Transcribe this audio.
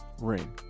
ring